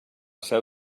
seu